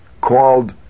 called